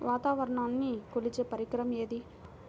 వాతావరణాన్ని కొలిచే పరికరం ఏది?